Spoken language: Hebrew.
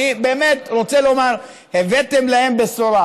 אני רוצה לומר: הבאתם להם בשורה,